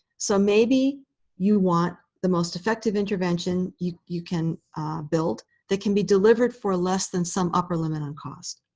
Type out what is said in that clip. so maybe you want the most effective intervention you you can build that can be delivered for less than some upper limit on cost.